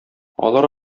алар